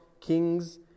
Kings